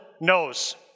knows